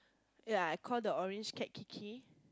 ya I call the orange cat Kiki